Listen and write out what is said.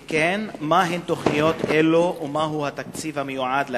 אם כן, מהן תוכניות אלו ומה התקציב המיועד להן?